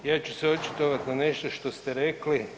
Ja ću se očitovati na nešto što ste rekli.